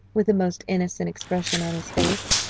with a most innocent expression on his face.